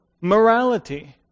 Morality